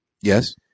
Yes